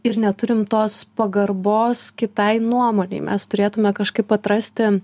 ir neturim tos pagarbos kitai nuomonei mes turėtume kažkaip atrasti